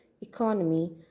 economy